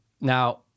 now